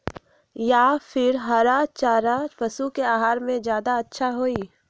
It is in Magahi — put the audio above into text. या फिर हरा चारा पशु के आहार में ज्यादा अच्छा होई?